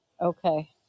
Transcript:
Okay